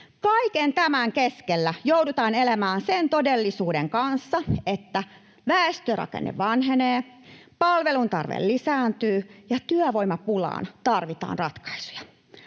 Kaiken tämän keskellä joudutaan elämään sen todellisuuden kanssa, että väestörakenne vanhenee, palveluntarve lisääntyy ja työvoimapulaan tarvitaan ratkaisuja.